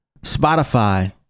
Spotify